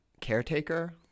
caretaker